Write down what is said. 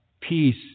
peace